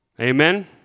Amen